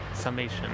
summation